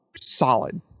solid